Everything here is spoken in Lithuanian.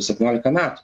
septyniolika metų